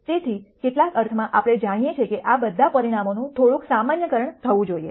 તેથી કેટલાક અર્થમાં આપણે સમજીએ છીએ કે આ બધા પરિણામોનું થોડુંક સામાન્યકરણ થવું જોઈએ